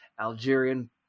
Algerian